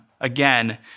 again